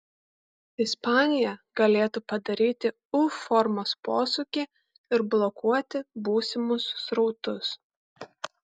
ispanija galėtų padaryti u formos posūkį ir blokuoti būsimus srautus